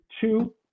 two